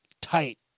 tight